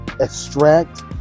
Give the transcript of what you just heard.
extract